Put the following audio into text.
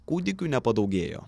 kūdikių nepadaugėjo